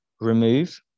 remove